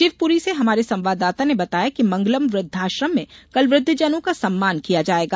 शिवपूरी से हमारे संवाददाता ने बताया कि मंगलम वृद्वाश्रम में कल वृद्वजनों का सम्मान किया जाएगा